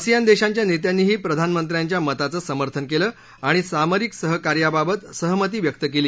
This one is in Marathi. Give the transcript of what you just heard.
असियान देशांच्या नेत्यांनीही प्रधानमंत्र्याच्या मताचं समर्थन केलं आणि सामरिक सहकार्याबाबत सहमती व्यक्त केली